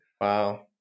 Wow